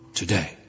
today